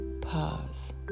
Pause